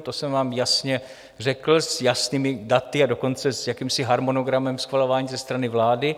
To jsem vám jasně řekl s jasnými daty, a dokonce s jakýmsi harmonogramem schvalování ze strany vlády.